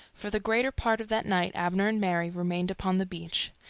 for the greater part of that night abner and mary remained upon the beach.